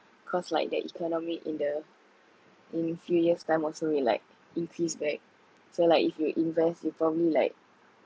cause like the economy in the in few years time also will like increase back so like if you invest you probably like